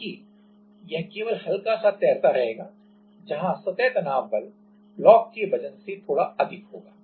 ताकि कि यह केवल हल्का सा तैरता रहेगा जहां सतह तनाव बल ब्लॉक के वजन से थोड़ा अधिक होगा